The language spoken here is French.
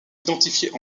identifiées